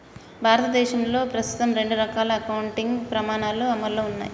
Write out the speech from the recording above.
భారతదేశంలో ప్రస్తుతం రెండు రకాల అకౌంటింగ్ ప్రమాణాలు అమల్లో ఉన్నయ్